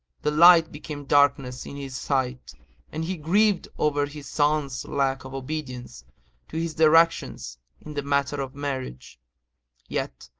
the light became darkness in his sight and he grieved over his son's lack of obedience to his directions in the matter of marriage yet,